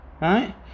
right